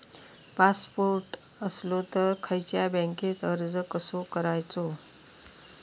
Passport असलो तर खयच्या बँकेत अर्ज कसो करायचो?